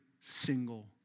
single